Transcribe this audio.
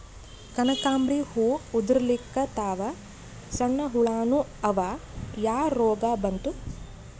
ಕನಕಾಂಬ್ರಿ ಹೂ ಉದ್ರಲಿಕತ್ತಾವ, ಸಣ್ಣ ಹುಳಾನೂ ಅವಾ, ಯಾ ರೋಗಾ ಬಂತು?